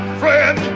friend